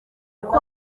uko